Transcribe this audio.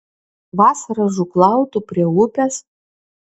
vasarą žūklautų prie upės